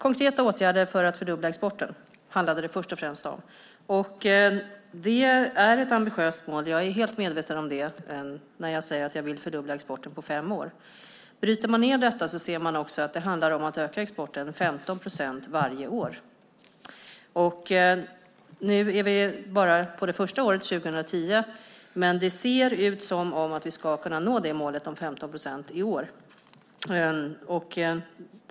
Konkreta åtgärder för att fördubbla exporten handlade det om. Det är ett ambitiöst mål. Jag är helt medveten om det när jag säger att jag vill fördubbla exporten på fem år. Bryter man ned detta ser man att det handlar om att öka exporten med 15 procent varje år. Nu är vi bara på det första året, 2010, men det ser ut som att vi ska kunna nå målet på 15 procent i år.